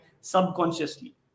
subconsciously